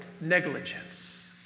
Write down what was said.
negligence